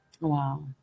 Wow